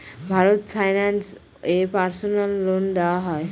Bharat finance এ personal loan দেওয়া হয়?